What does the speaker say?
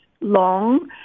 long